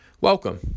Welcome